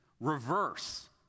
reverse